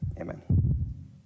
amen